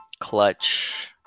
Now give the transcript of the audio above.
clutch